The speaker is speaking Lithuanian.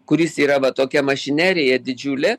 kuris yra va tokia mašinerija didžiulė